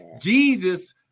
Jesus